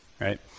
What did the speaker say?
right